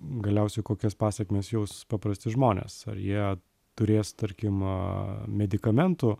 galiausiai kokias pasekmes jaus paprasti žmonės ar jie turės tarkim a medikamentų